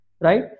Right